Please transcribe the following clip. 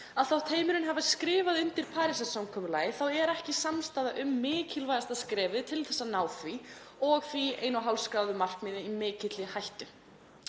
að þótt heimurinn hafi skrifað undir Parísarsamkomulagið er ekki samstaða um mikilvægasta skrefið til þess að ná því og því er 1,5°C markmiðið í mikilli hættu.